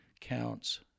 counts